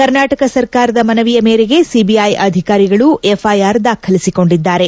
ಕರ್ನಾಟಕ ಸರ್ಕಾರದ ಮನವಿಯ ಮೇರೆಗೆ ಸಿಬಿಐ ಅಧಿಕಾರಿಗಳು ಎಫ್ ಐಆರ್ ದಾಖಲಿಸಿಕೊಂಡಿದ್ದಾರೆ